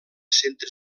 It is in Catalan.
centre